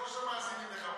זה לא שמאזינים לך,